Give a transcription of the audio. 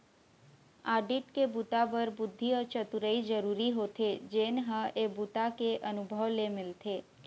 audit के बूता बर बुद्धि अउ चतुरई जरूरी होथे जेन ह ए बूता के अनुभव ले मिलथे